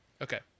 Okay